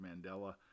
Mandela